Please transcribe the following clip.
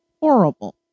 Horrible